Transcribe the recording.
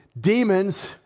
Demons